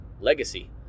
Legacy